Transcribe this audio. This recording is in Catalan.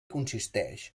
consisteix